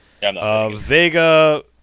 Vega